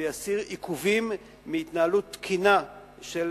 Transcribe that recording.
ויסיר עיכובים בהתנהלות תקינה של